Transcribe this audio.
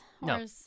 no